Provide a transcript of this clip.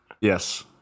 Yes